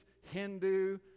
Hindu